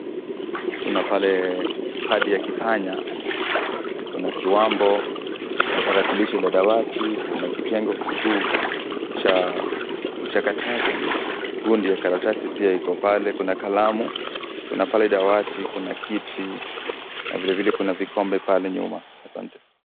Kuna pale kipadi ya kipanya, kuna kiwambo, kuna tarakilishi la dawati, kuna kitengo kikuu cha uchakataji. Gundi ya karatasi pia iko pale, kuna kalamu, kuna pale dawati, kuna kiti na vilevile kuna vikombe pale nyuma. Asante.